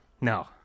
No